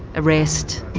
arrest,